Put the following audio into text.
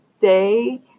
day